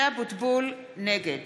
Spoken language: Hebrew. נגד